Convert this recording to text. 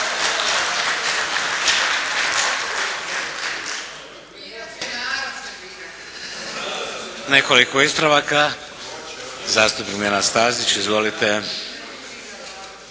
Nekoliko ispravaka. Zastupnik Nenad Stazić. Izvolite!